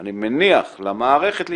אני מניח, למערכת להתקיים.